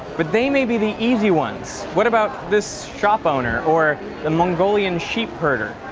but they may be the easy ones. what about this shop owner or the mongolian sheep herder?